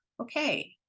Okay